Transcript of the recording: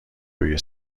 روی